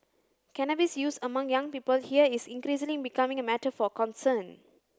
cannabis use among young people here is increasingly becoming a matter for concern